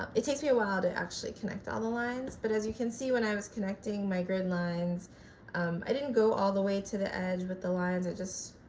um it takes me a while to actually connect all the lines, but as you can see when i was connecting my grid lines um i didn't go all the way to the edge with the lines i just,